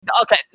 okay